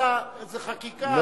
זה חקיקה.